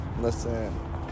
listen